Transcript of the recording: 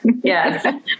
Yes